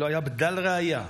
לא היה בדל ראיה.